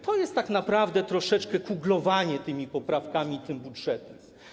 To jest tak naprawdę troszeczkę kuglowanie tymi poprawkami, tym budżetem.